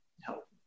help